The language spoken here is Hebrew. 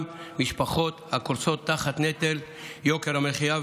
משפחות הקורסות תחת נטל יוקר המחיה.